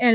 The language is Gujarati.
એલ